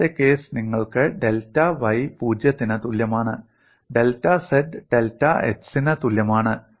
രണ്ടാമത്തെ കേസ് നിങ്ങൾക്ക് ഡെൽറ്റ y 0 ത്തിന് തുല്യമാണ് ഡെൽറ്റ z ഡെൽറ്റ x ന് തുല്യമാണ്